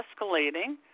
escalating